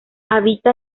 habita